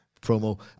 promo